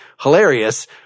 hilarious